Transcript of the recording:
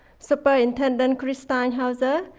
superintendent chris steinhauser,